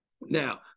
now